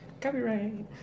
copyright